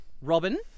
Robin